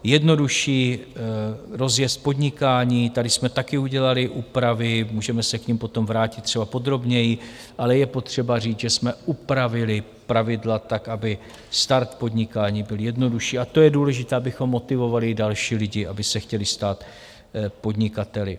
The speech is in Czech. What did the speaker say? Jednodušší rozjezd podnikání tady jsme taky udělali úpravy, můžeme se k nim potom vrátit třeba podrobněji, ale je potřeba říct, že jsme upravili pravidla tak, aby start podnikání byl jednodušší, a to je důležité, abychom motivovali další lidi, aby se chtěli stát podnikateli.